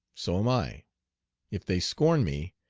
so am i if they scorn me,